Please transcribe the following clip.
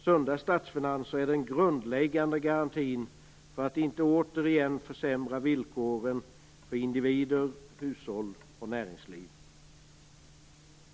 Sunda statsfinanser är den grundläggande garantin för att inte återigen försämra villkoren för individer, hushåll och näringsliv.